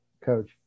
coach